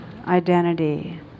identity